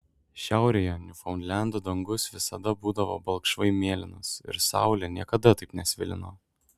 šiaurėje niufaundlendo dangus visada būdavo balkšvai mėlynas ir saulė niekada taip nesvilino